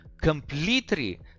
completely